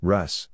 Russ